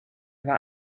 war